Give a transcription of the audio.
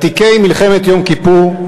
ותיקי מלחמת יום כיפור,